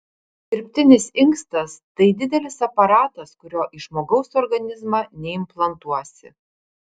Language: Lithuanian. dirbtinis inkstas tai didelis aparatas kurio į žmogaus organizmą neimplantuosi